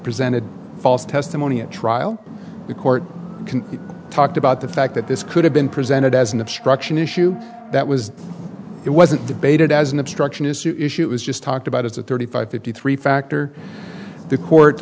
presented false testimony at trial the court can be talked about the fact that this could have been presented as an obstruction issue that was it wasn't debated as an obstruction is to issue is just talked about as a thirty five fifty three factor the court